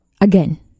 Again